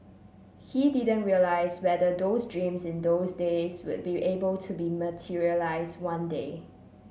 he didn't realise whether those dreams in those days would be able to be materialise one day